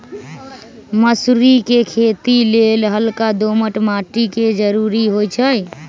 मसुरी कें खेति लेल हल्का दोमट माटी के जरूरी होइ छइ